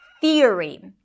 Theory